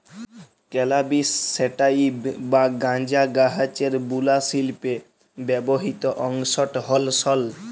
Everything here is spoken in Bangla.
ক্যালাবিস স্যাটাইভ বা গাঁজা গাহাচের বুলা শিল্পে ব্যাবহিত অংশট হ্যল সল